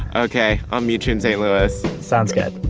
ok. i'll meet you in st. louis sounds good